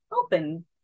open